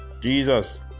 jesus